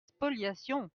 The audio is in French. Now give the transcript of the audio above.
spoliation